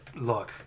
Look